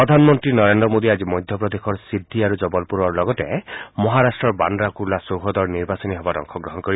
প্ৰধানমন্ত্ৰী নৰেন্দ্ৰ মোদীয়ে আজি মধ্য প্ৰদেশৰ সিদ্ধি আৰু জবলপুৰৰ লগতে মহাৰাট্টৰ বাদ্ৰা কুৰ্লা চৌহদত নিৰ্বাচনী সভাত অংশগ্ৰহণ কৰিব